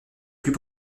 plus